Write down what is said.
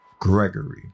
Gregory